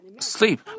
sleep